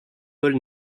paul